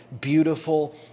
beautiful